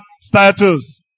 status